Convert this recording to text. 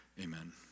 amen